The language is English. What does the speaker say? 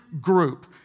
group